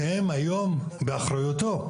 שהן היום באחריותו,